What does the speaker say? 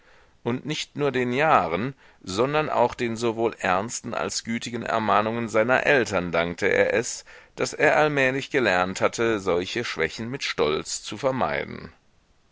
und nicht nur den jahren sondern auch den sowohl ernsten als gütigen ermahnungen seiner eltern dankte er es daß er allmählig gelernt hatte solche schwächen mit stolz zu vermeiden